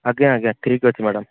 ଆଜ୍ଞା ଆଜ୍ଞା ଠିକ ଅଛି ମ୍ୟାଡମ